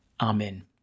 Amen